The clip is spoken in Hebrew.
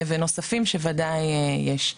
ונוספים שבוודאי יש.